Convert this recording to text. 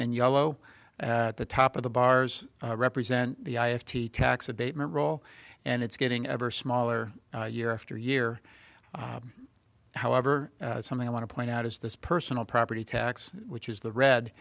and yellow at the top of the bars represent the i have tea tax abatement roll and it's getting ever smaller year after year however something i want to point out is this personal property tax which is the red